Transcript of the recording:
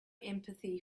empathy